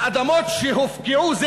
האדמות שהופקעו,